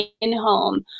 in-home